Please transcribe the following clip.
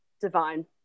divine